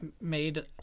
made